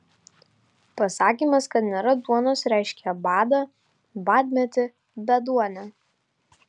pasakymas kad nėra duonos reiškė badą badmetį beduonę